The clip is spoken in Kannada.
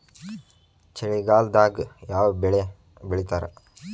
ಚಳಿಗಾಲದಾಗ್ ಯಾವ್ ಬೆಳಿ ಬೆಳಿತಾರ?